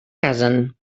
casen